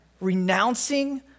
renouncing